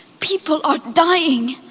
people are dying.